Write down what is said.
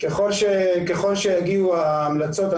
ככל שיגיעו ההמלצות.